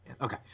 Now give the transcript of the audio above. Okay